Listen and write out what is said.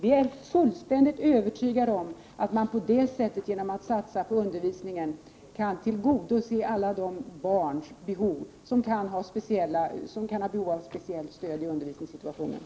Vi är fullständigt övertygade om att man genom att satsa på undervisningen kan tillgodose alla de barn som kan ha behov av speciellt stöd i undervisningssituationen.